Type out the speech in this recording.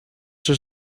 też